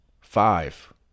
Five